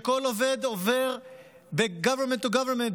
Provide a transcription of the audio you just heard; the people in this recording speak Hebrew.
שכל עובד עובר ב-Government to Government,